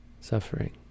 Suffering